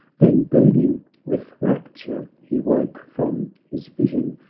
then, burning with rapture, he woke from his vision,